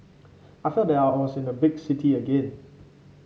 I felt that I was in a big city again